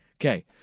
Okay